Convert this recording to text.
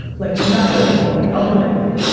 like nothing is below me. i'll do anything.